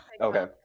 Okay